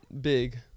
big